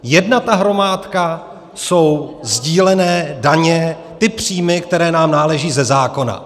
Jedna ta hromádka jsou sdílené daně, ty příjmy, které nám náleží ze zákona.